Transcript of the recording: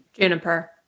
Juniper